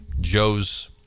Joe's